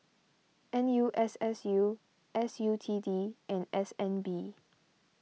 N U S S U S U T D and S N B